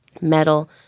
metal